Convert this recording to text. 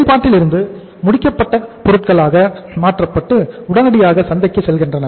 செயல்பாட்டில் இருந்து முடிக்கப்பட்ட பொருட்களாக மாற்றப்பட்டு உடனடியாக சந்தைக்கு செல்கின்றன